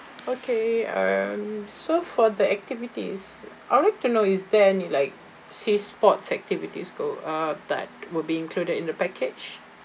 okay um so for the activities I would like to know if there any like sea sports activities go uh that will be included in the package